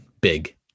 big